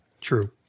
True